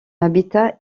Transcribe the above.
habitat